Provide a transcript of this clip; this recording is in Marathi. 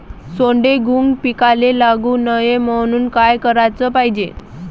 सोंडे, घुंग पिकाले लागू नये म्हनून का कराच पायजे?